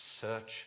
Search